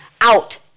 Out